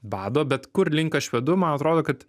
bado bet kur link aš vedu man atrodo kad